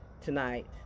tonight